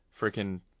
Freaking